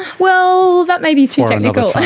well, that may be too technical, like